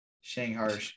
Shanghai